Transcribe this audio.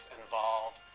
involved